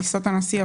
טיסות הנשיא,